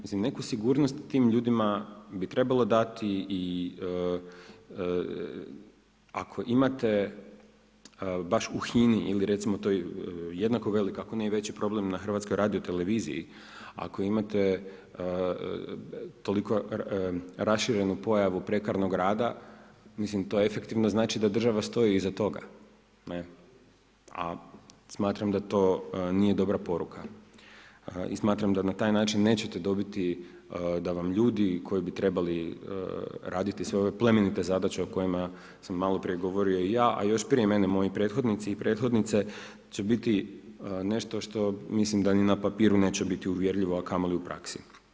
Neku sigurnosti tim ljudima bi trebalo dati i ako imate baš u HINA-i ili recimo to je jednako veliki, ako ne i veći problem na HRT-u, ako imate toliko raširenu pojavu … rada, mislim to efektivno znači da država stoji iza toga, a smatram da to nije dobra poruka i smatram da na taj način nećete dobiti da vam ljudi koji bi trebali raditi sve ove plemenite zadaće o kojima sam maloprije govorio i ja, a još prije mene moji prethodnici i prethodnice, će biti nešto što mislim da ni na papiru neće biti uvjerljivo, a kamoli u praksi.